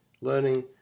Learning